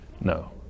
No